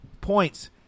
points